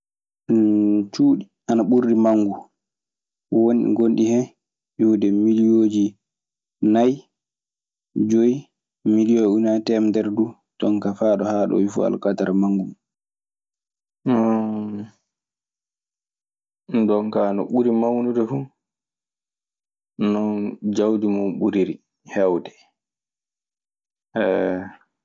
cuɗi ana burodiri mawgu. Wonɗi goni hen ƴiwude milioji nayi, joyi milion e ujumaji temedere dum. Jon ka fa ɗo yadoyi fu alkadara mudum. unɗon ka no ɓuriri mawnude fuu noon jawdi mun ɓuri heewde.